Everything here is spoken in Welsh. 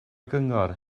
gyngor